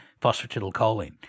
phosphatidylcholine